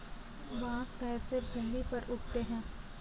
बांस कैसे भूमि पर उगते हैं?